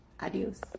Adios